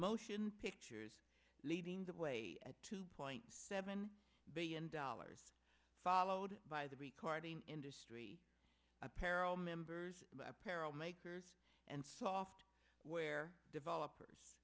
motion pictures leading the way at two point seven billion dollars followed by the recording industry apparel members of apparel makers and soft ware developers